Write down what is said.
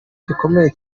gikomeye